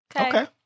Okay